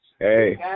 Hey